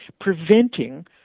preventing